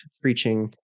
preaching